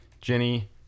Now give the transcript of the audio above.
jenny